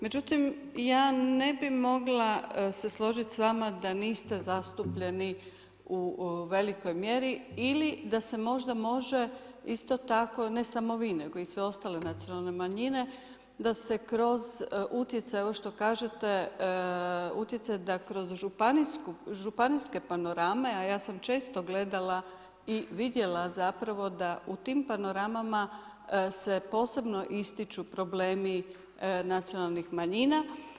Međutim ja ne bi mogla se složiti s vama da niste zastupljeni u velikoj mjeri, ili da se možda može isto tako ne samo vi, nego i sve ostale nacionalne manjine da se kroz utjecaj ovo što kažete utjecaj da kroz županijske panorame, a ja sam često gledala i vidjela zapravo da u tim panorama se posebno ističu problemi nacionalnih manjina.